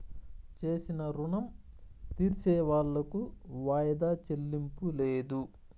చేసిన రుణం తీర్సేవాళ్లకు వాయిదా చెల్లింపు లేదు